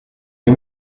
nie